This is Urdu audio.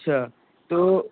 اچھا تو